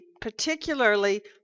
particularly